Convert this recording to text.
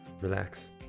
relax